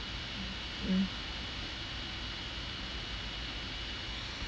mm